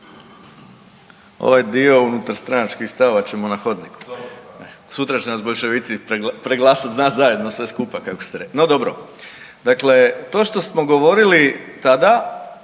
Ovaj dio unutarstranačkih stavova ćemo na hodniku. Sutra će nas boljševici preglasat nas zajedno sve skupa kako ste rekli. No dobro. Dakle, to što smo govorili tada